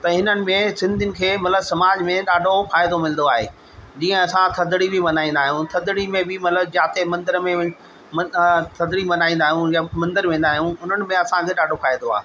त हिननि में सिंधियुनि खे मतिलबु समाज में ॾाढो फ़ाइदो मिलंदो आहे जीअं असां थधिड़ी बि मल्हाईंदा आहियूं थधिड़ी में बि मतिलबु जाते मंदर में मं थधिड़ी मल्हाईंदा आहियूं या मंदरु वेंदा आहियूं उन्हनि में असांखे ॾाढो फ़ाइदो आहे